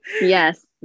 Yes